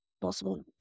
possible